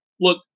look